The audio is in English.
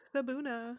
Sabuna